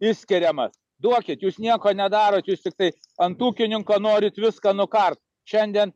išskiriamas duokit jūs nieko nedarot jūs tiktai ant ūkininko norit viską nukart šiandien